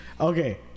Okay